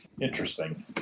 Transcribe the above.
Interesting